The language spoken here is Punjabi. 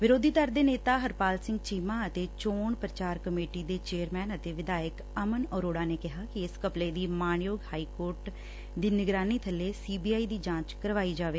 ਵਿਰੋਧੀ ਧਿਰ ਦੇ ਨੇਤਾ ਹਰਪਾਲ ਸਿੰਘ ਚੀਮਾ ਅਤੇ ਚੋਣ ਪ੍ਰਚਾਰ ਕਮੇਟੀ ਦੇ ਚੇਅਰਸੈਨ ਅਤੇ ਵਿਧਾਇਕ ਅਮਨ ਅਰੋੜਾ ਨੇ ਕਿਹੈ ਕਿ ਇਸ ਘਪਲੇ ਦੀ ਮਾਨਯੋਗ ਹਾਈਕੋਰਟ ਦੀ ਨਿਗਰਾਨੀ ਥੱਲੇ ਸੀਬੀਆਈ ਦੀ ਜਾਂਚ ਕਰਵਾਈ ਜਾਵੇ